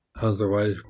Otherwise